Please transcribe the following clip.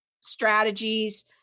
strategies